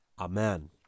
Amen